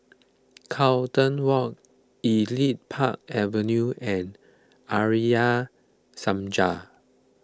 Carlton Walk Elite Park Avenue and Arya Samaj